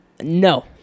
No